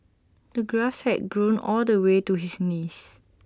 the grass had grown all the way to his knees